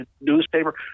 newspaper